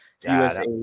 USA